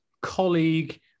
colleague